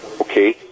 Okay